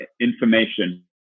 information